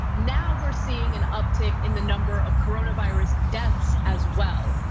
now we're seeing an uptick in the number of coronavirus deaths as well.